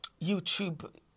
YouTube